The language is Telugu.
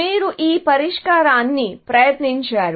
మీరు ఈ పరిష్కారాన్ని ప్రయత్నించారు